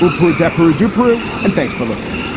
we're pretty desperate to prove. and thanks for listening